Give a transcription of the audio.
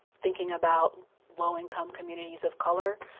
thinking about low income communities of color.